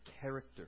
character